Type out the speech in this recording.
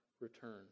return